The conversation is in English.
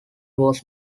was